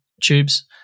Tubes